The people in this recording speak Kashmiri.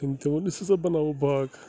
تٔمۍ تہِ ووٚن أسۍ ہسا بَناوو باغ